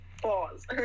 pause